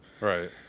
Right